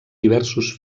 diversos